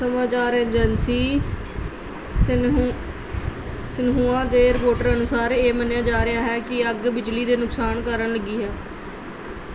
ਸਮਾਚਾਰ ਏਜੰਸੀ ਸਿਨੂ ਸਿਨਹੂਆ ਦੇ ਰਿਪੋਰਟ ਅਨੁਸਾਰ ਇਹ ਮੰਨਿਆ ਜਾ ਰਿਹਾ ਹੈ ਕਿ ਅੱਗ ਬਿਜਲੀ ਦੇ ਨੁਕਸਾਨ ਕਾਰਨ ਲੱਗੀ ਹੈ